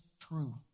true